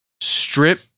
strip